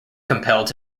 compelled